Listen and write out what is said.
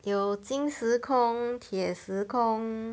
有金时空铁时空